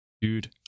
dude